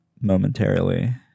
momentarily